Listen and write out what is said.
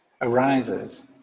arises